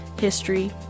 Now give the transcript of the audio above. history